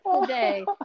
today